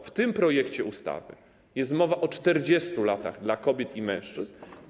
W tym projekcie ustawy jest mowa o 40 latach dla kobiet i mężczyzn.